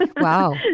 Wow